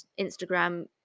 Instagram